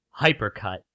Hypercut